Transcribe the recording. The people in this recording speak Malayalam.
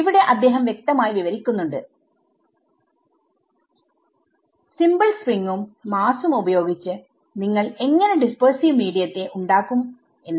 ഇവിടെ അദ്ദേഹം വ്യക്തമായി വിവരിക്കുന്നുണ്ട് സിമ്പിൾ സ്പ്രിംങ്ങും മാസും ഉപയോഗിച്ച് നിങ്ങൾ എങ്ങനെ ഡിസ്പെഴ്സിവ് മീഡിയത്തെഉണ്ടാക്കും ആക്കും എന്ന്